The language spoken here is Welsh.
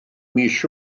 mis